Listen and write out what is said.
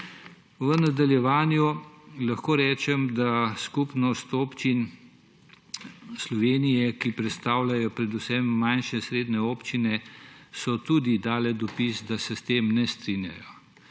V nadaljevanju lahko rečem, da je Skupnost občin Slovenije, ki predstavlja predvsem manjše srednje občine, tudi dala dopis, da se s tem ne strinja.